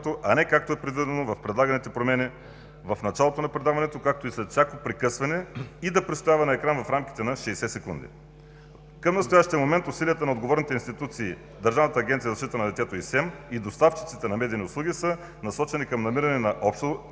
Държавната агенция за закрила на детето и СЕМ, и доставчиците на медийни услуги, са насочени към намиране на общо